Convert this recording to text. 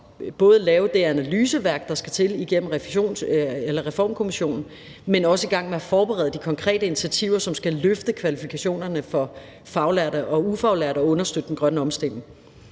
at lave det analysearbejde, der skal til, igennem Reformkommissionen, men også i gang med at forberede de konkrete initiativer, som skal løfte kvalifikationerne for faglærte og ufaglærte og understøtte den grønne omstilling.